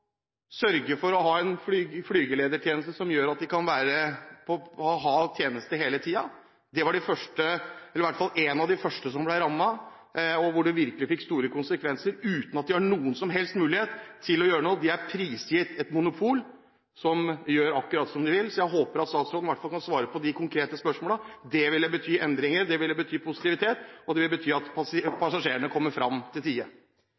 sørge for å ha en flygeledertjeneste som gjør at de kan ha tjeneste hele tiden. De var blant de første som ble rammet – og det fikk virkelig store konsekvenser uten at de hadde noen som helst mulighet til å gjøre noe. De er prisgitt et monopol som gjør akkurat som de vil. Jeg håper at statsråden i hvert fall kan svare på de konkrete spørsmålene. Det ville bety endringer, det ville bety positivitet, og det ville bety at passasjerene kommer fram i tide.